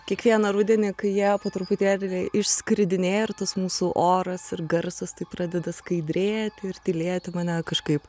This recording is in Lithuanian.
kiekvieną rudenį kai jie po truputėlį išskridinėja ir tas mūsų oras ir garsas tai pradeda skaidrėti ir tylėti mane kažkaip